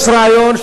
יש רעיון,